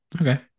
Okay